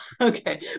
Okay